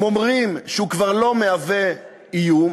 הם אומרים שהוא כבר לא מהווה איום,